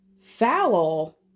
foul